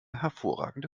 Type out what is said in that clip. hervorragende